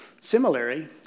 Similarly